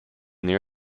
near